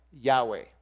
Yahweh